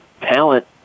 talent